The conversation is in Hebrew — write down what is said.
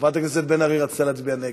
חברת הכנסת בן ארי רצתה להצביע נגד.